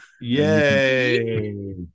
Yay